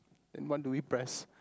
then what do we press